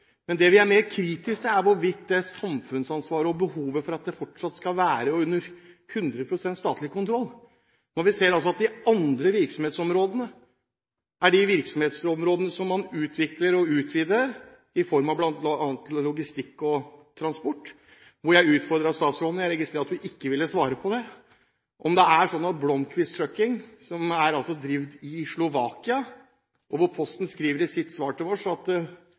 Men det vi er mer kritiske til, er det med samfunnsansvaret og hvorvidt det er et behov for at det fortsatt skal være 100 pst. under statlig kontroll, når vi ser at de andre virksomhetsområdene er de virksomhetsområdene som man utvikler og utvider i form av bl.a. logistikk og transport. Jeg utfordret statsråden på – og jeg registrerte at hun ikke ville svare på det – om hun visste at bilene til Blomquist Trucking, som blir drevet i Slovakia, og Posten Norge skriver i sitt svar til oss at